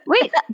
Wait